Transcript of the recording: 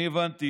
אני הבנתי